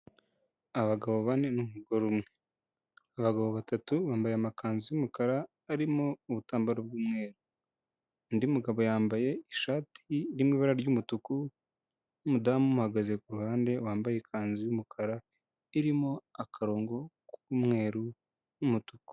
Abagabo bane n'umugore umwe, abagabo batatu bambaye amakanzu y'umukara arimo ubutambaro bw'umweru, undi mugabo yambaye ishati iri mu ibara ry'umutuku, n'umudamu umuhagaze ku ruhande wambaye ikanzu y'umukara irimo akarongo k'umweru n'umutuku.